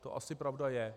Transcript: To asi pravda je.